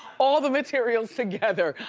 all the materials together,